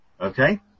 Okay